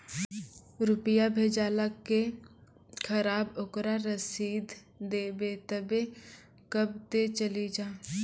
रुपिया भेजाला के खराब ओकरा रसीद देबे तबे कब ते चली जा?